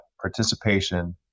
participation